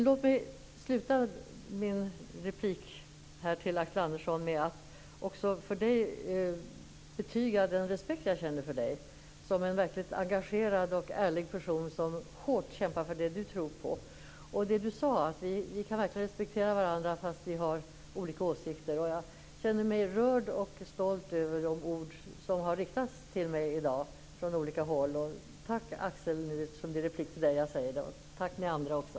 Låt mig avsluta min replik till Axel Andersson med att betyga den respekt jag känner för honom som en verkligt engagerad och ärlig person som hårt kämpar för det han tror på. Som han sade kan vi verkligen respektera varandra fast vi har olika åsikter. Jag känner mig rörd och stolt över de ord som har riktats till mig i dag från olika håll. Tack Axel, och tack ni andra också!